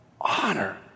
honor